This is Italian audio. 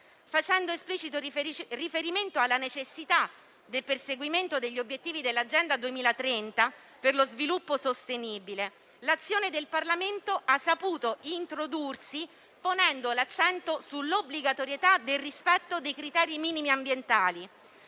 Facendo esplicito riferimento alla necessità del perseguimento degli obiettivi dell'Agenda 2030 per lo sviluppo sostenibile, l'azione del Parlamento ha saputo introdursi ponendo l'accento sull'obbligatorietà del rispetto dei criteri minimi ambientali.